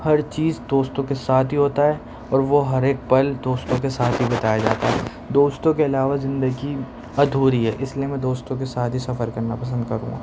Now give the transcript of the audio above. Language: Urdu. ہر چیز دوستوں کے ساتھ ہی ہوتا ہے اور وہ ہر ایک پل دوستوں کے ساتھ ہی بتایا جاتا ہے دوستوں کے علاوہ زندگی ادھوری ہے اس لئے میں دوستوں کے ساتھ ہی سفر کرنا پسند کروں گا